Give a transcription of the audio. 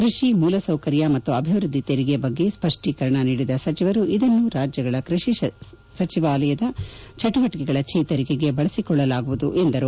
ಕೃಷಿ ಮೂಲಸೌಕರ್ಯ ಮತ್ತು ಅಭಿವೃದ್ದಿ ತೆರಿಗೆ ಬಗ್ಗೆ ಸ್ಪಷ್ಟೀಕರಣ ನೀಡಿದ ಸಚಿವರು ಇದನ್ನು ರಾಜ್ಯಗಳ ಕೃಷಿ ವಲಯದ ಚಟುವಟಿಕೆಗಳ ಚೇತರಿಕೆಗೆ ಬಳಸಿಕೊಳ್ಳಲಾಗುವುದು ಎಂದರು